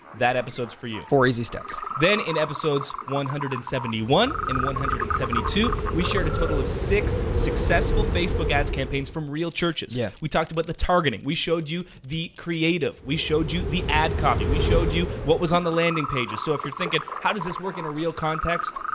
that episode's for you. four easy steps. then in episodes one hundred and seventy one and one hundred and seventy two we shared a total of six successful facebook ads campaigns from real churches. yeah. we talked about the targeting. we showed you the creative. we showed you the ad copy. we showed you what was on the landing pages. so if you're thinking, how does this work in a real context,